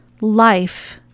life